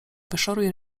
wyszoruj